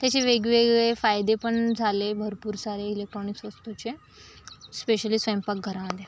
त्याचे वेगवेगळे फायदे पण झाले भरपूर सारे इलेक्ट्रॉनिक्स वस्तूचे स्पेशली स्वयंपाकघरामध्ये